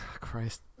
Christ